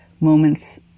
moments